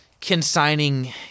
consigning